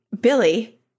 Billy